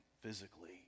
physically